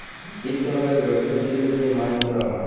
ইক ধরলের ব্যবসার জ্যনহ যে মাছ ধ্যরা হ্যয়